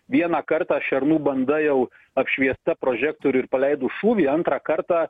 vieną kartą šernų banda jau apšviesta prožektorių ir paleidus šūvį antrą kartą